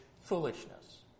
foolishness